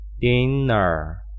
dinner